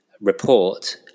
report